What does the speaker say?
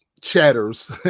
chatters